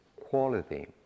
quality